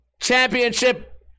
Championship